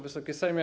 Wysoki Sejmie!